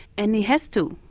and he has to,